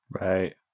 Right